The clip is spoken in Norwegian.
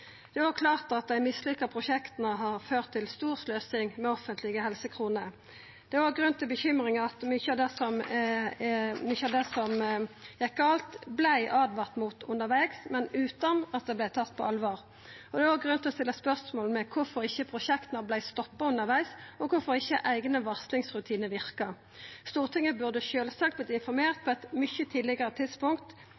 merksemd. Det er klart at dei mislykka prosjekta har ført til stor sløsing med offentlege helsekroner. Det gir òg grunn til bekymring at mykje av det som gjekk galt, vart avdekt undervegs, men utan at det vart tatt på alvor. Det er òg grunn til å stilla spørsmål ved kvifor ikkje prosjekta vart stoppa undervegs, og kvifor ikkje eigne varslingsrutinar verka. Stortinget burde sjølvsagt ha vore informert